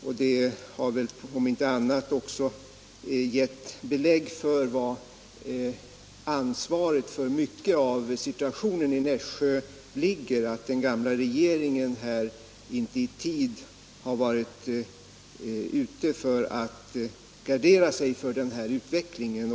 Om inte annat har den väl främjande åtgärder gett belägg för att mycket av ansvaret för situationen i Nässjö åvilar den förra regeringen, som inte i tid varit ute för att gardera sig mot den här utvecklingen.